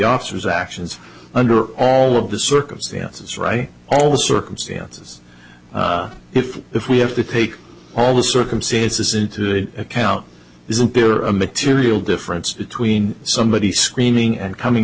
officer's actions under all of the circumstances right all the circumstances if if we have to take all the circumstances into account is appear a material difference between somebody screaming and coming